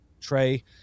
tray